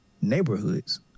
neighborhoods